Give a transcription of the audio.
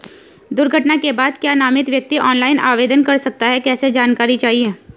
दुर्घटना के बाद क्या नामित व्यक्ति ऑनलाइन आवेदन कर सकता है कैसे जानकारी चाहिए?